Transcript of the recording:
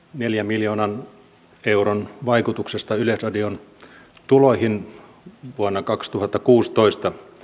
neljän miljoonan euron vaikutuksesta yleisradion tuloihin vuonna kaksituhattakuusitoista